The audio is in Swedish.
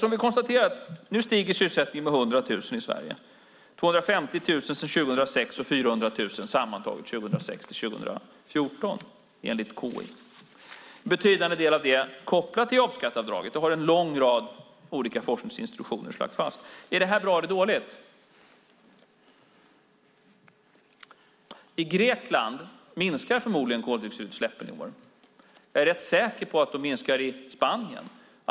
Som vi konstaterat stiger sysselsättningen nu med 100 000 personer - med 250 000 sedan år 2006 och med 400 000 sammantaget åren 2006-2014, enligt KI. En betydande del där är kopplad till jobbskatteavdrag. Det har en lång rad olika forskningsinstitutioner lagt fast. Är detta bra eller dåligt? I Grekland minskar förmodligen koldioxidutsläppen i år. Jag är rätt säker på att de minskar i Spanien.